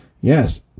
Yes